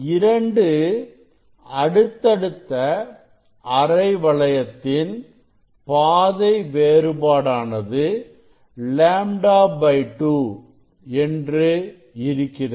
இரண்டு அடுத்தடுத்த அரை வளையத்தின் பாதை வேறுபாடானது λ2 என்று இருக்கிறது